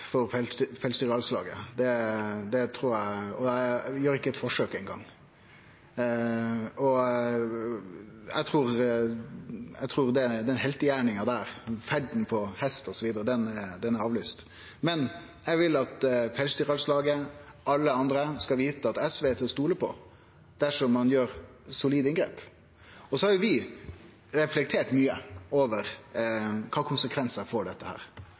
Eg gjer ikkje eit forsøk eingong. Eg trur den heltegjerninga der, ferda på hest osv., er avlyst, men eg vil at Pelsdyralslaget og alle andre skal vite at SV er til å stole på dersom ein gjer solide inngrep. Vi har reflektert mykje over kva konsekvensar dette får,